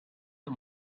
the